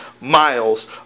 miles